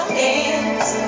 hands